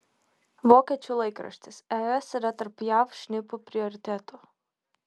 vokiečių laikraštis es yra tarp jav šnipų prioritetų